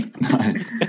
Nice